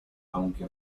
aunque